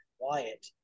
quiet